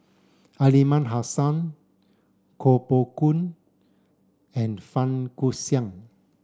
Aliman Hassan Koh Poh Koon and Fang Guixiang